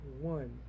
one